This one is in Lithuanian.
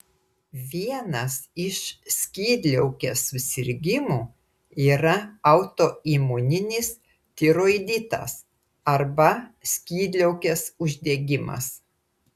vienas iš skydliaukės susirgimų yra autoimuninis tiroiditas arba skydliaukės uždegimas